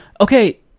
Okay